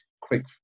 quick